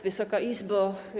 Wysoka Izbo!